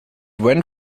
went